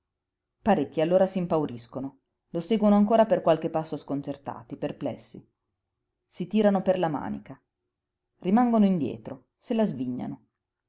parecchi allora s'impauriscono lo seguono ancora per qualche passo sconcertati perplessi si tirano per la manica rimangono indietro se la svignano